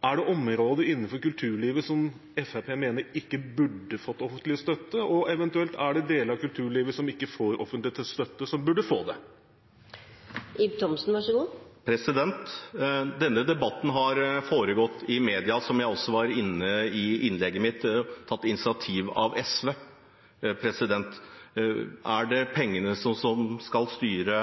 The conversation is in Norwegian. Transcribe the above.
er det eventuelt deler av kulturlivet som ikke får offentlig støtte, som burde fått det? Denne debatten har pågått i media, som jeg også var inne på i innlegget mitt, etter initiativ fra SV. Er det pengene som skal styre